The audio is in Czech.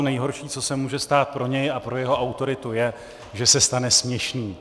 Nejhorší, co se může stát pro něj a pro jeho autoritu, je, že se stane směšným.